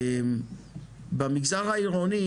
במגזר העירוני,